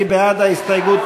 מי בעד ההסתייגות?